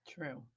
True